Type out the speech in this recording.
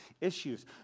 issues